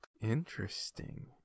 Interesting